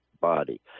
body